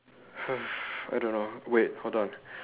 I don't know wait hold on